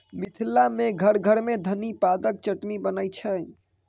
मिथिला मे घर घर मे धनी पातक चटनी बनै छै